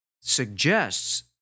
suggests